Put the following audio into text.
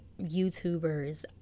YouTubers